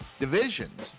divisions